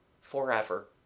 forever